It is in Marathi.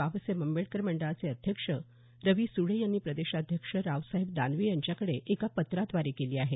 बाबासाहेब आंबेडकर मंडळाचे अध्यक्ष रवी सुडे यांनी प्रदेशाध्यक्ष रावसाहेब दानवे यांच्यांकडे एका पत्राद्वारे केली आहे